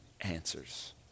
answers